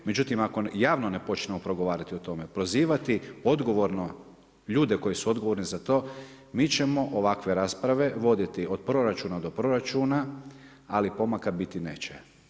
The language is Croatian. Međutim, ako javno ne počnemo progovarati o tome, prozivati odgovorno ljude koji su odgovorni za to, mi ćemo ovakve rasprave voditi od proračuna do proračuna, ali pomaka biti neće.